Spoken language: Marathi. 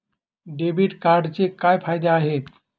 डेबिट कार्डचे काय फायदे आहेत?